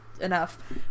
enough